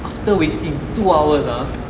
after wasting two hours ah